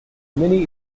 many